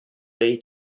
way